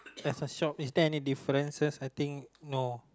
have a shop is there any differences I think no